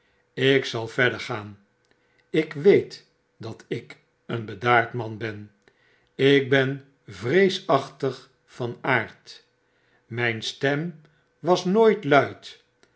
ik zal verder gaan ik weetdatik een bedaard man ben ik ben vreesachtig van aard myn stem was nooit luid